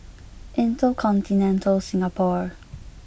InterContinental Singapore